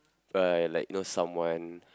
uh like know someone